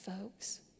folks